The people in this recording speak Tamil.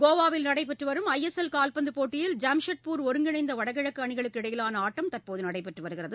கோவாவில் நடைபெற்று வரும் ஐ எஸ் எல் கால்பந்து போட்டியில் ஜாம்ஷெட்பூர் ஒருங்கிணைந்த வடகிழக்கு அணிகளுக்கு இடையிலான ஆட்டம் தற்போது நடைபெற்று வருகிறது